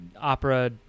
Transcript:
opera